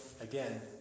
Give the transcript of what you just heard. again